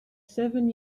seven